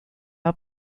are